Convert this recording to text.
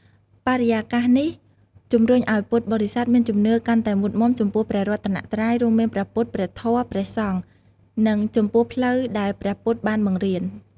បរិយាកាសនេះជម្រុញឱ្យពុទ្ធបរិស័ទមានជំនឿកាន់តែមុតមាំចំពោះព្រះរតនត្រ័យ រួមមាន ព្រះពុទ្ធ ព្រះធម៌ ព្រះសង្ឃ និងចំពោះផ្លូវដែលព្រះពុទ្ធបានបង្រៀន។